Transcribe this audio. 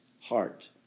heart